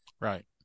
Right